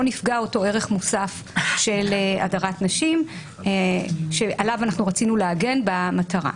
נפגע אותו ערך מוסף של הדרת נשים שעליו רצינו להגן במטרה.